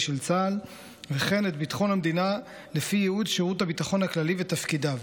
של צה"ל וכן את ביטחון המדינה לפי ייעוד שירות הביטחון הכללי ותפקידיו.